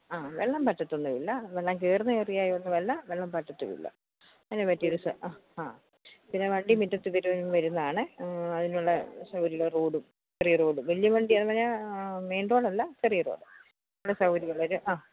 ആ വെള്ളം വറ്റത്തൊന്നുമില്ല വെള്ളം കയറുന്ന ഏരിയായും ഒന്നുമല്ല വെള്ളം വറ്റത്തുമില്ല അതിനു പറ്റിയ ഒരു ആ പിന്നെ വണ്ടി മുറ്റത്ത് വരുന്നതാണ് അതിനുള്ള സൗകര്യമുള്ള റോഡും ചെറിയ റോഡും വലിയ വണ്ടി അങ്ങനെ മെയിൻ റോഡല്ല ചെറിയ റോഡ് അവിടെ സൗകര്യമുള്ളൊരു ആ